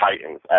Titans